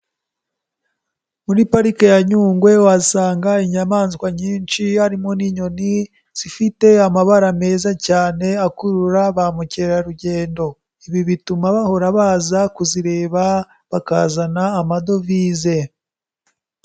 Muri parike ya Nyungwe uhasanga inyamaswa nyinshi harimo n'inyoni zifite amabara meza cyane akurura ba mukerarugendo, ibi bituma bahora baza kuzireba bakazana amadovize.